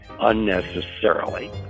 unnecessarily